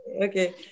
okay